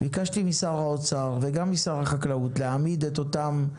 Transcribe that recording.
ביקשנו להעלות את זה ל-75,000.